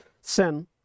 Sin